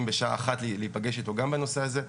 להיפגש איתו בשעה 13:00 להיפגש איתו גם בנושא הזה.